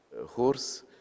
horse